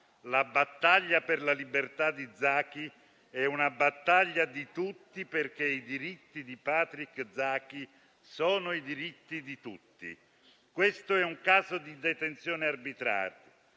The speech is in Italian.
La battaglia per la libertà di Zaki è una battaglia di tutti perché i diritti di Patrick Zaki sono i diritti di tutti. Questo è un caso di detenzione arbitraria